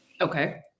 Okay